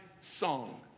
song